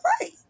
right